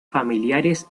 familiares